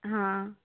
ହଁ